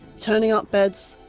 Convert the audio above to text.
turning up beds,